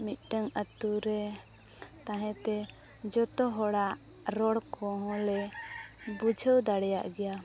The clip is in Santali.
ᱢᱤᱫᱴᱟᱝ ᱟᱹᱛᱩᱨᱮ ᱛᱟᱦᱮᱸᱛᱮ ᱡᱚᱛᱚ ᱦᱚᱲᱟᱜ ᱨᱚᱲ ᱠᱚᱦᱚᱸᱞᱮ ᱵᱩᱡᱷᱟᱹᱣ ᱫᱟᱲᱮᱭᱟᱜ ᱜᱮᱭᱟ